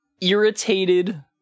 irritated